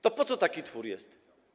To po co taki twór jest?